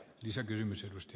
herra puhemies